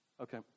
Okay